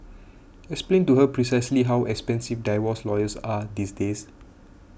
explain to her precisely how expensive divorce lawyers are these days